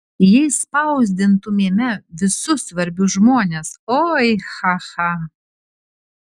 jei spausdintumėme visus svarbius žmones oi cha cha